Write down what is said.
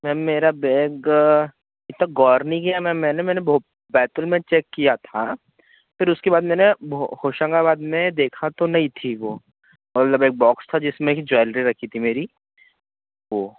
ma'am मेरा bag इतना गौर नहीं किया मैम मैंने मैंने भोप बैतूल में चेक किया था फिर उसके बाद मैंने भो होशंगाबाद में देखा तो नहीं थी वो मतलब एक बॉक्स था जिसमें की ज्वेलरी रखी थी मेरी वो